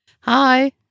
Hi